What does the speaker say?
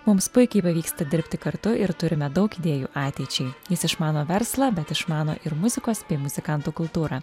mums puikiai pavyksta dirbti kartu ir turime daug idėjų ateičiai jis išmano verslą bet išmano ir muzikos bei muzikantų kultūrą